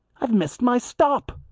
i've missed my stop.